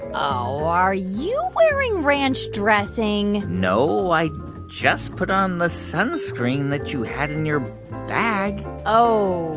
oh, are you wearing ranch dressing? no. i just put on the sunscreen that you had in your bag oh,